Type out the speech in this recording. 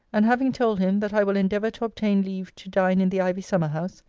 and having told him, that i will endeavour to obtain leave to dine in the ivy summer-house,